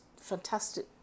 fantastic